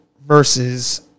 versus